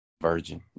virgin